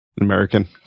American